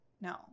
no